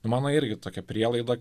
mano irgi tokia prielaida